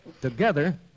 Together